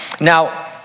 Now